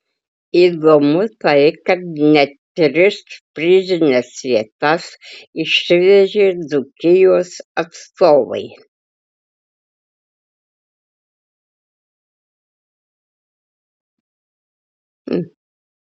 įdomu tai kad net tris prizines vietas išsivežė dzūkijos atstovai